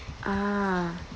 ah